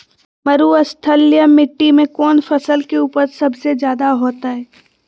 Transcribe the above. मरुस्थलीय मिट्टी मैं कौन फसल के उपज सबसे अच्छा होतय?